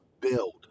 build